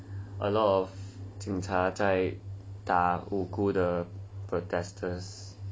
a lot of 警察在打无辜的 protesters